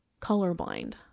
colorblind